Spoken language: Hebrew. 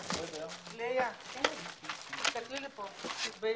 ננעלה בשעה 12:03.